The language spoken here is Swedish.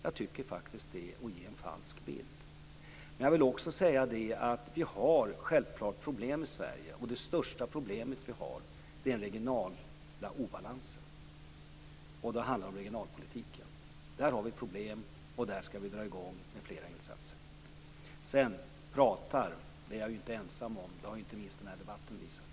Jag tycker faktiskt att det är att ge en falsk bild. Jag vill också säga att vi självklart har problem i Sverige. Det största problem vi har är den regionala obalansen. Då handlar det om regionalpolitiken. Där har vi problem, och där skall vi dra i gång med flera insatser. Jag är inte ensam om att prata. Det har inte minst denna debatt visat.